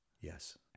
Yes